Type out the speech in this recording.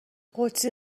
قدسی